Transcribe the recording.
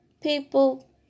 people